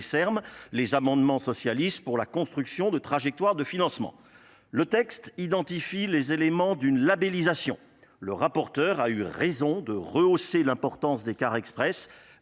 les amendements socialistes pour la construction de trajectoires de financement. Le texte identifie les éléments d'une labellisation Le rapporteur a eu raison de rehausser l'importance des cars express.